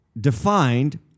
defined